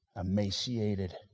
emaciated